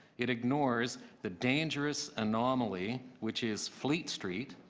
it ignores the dangerous anomaly, which is fleet street,